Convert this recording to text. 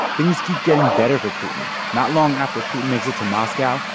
things keep getting better for putin. not long after putin makes it to moscow,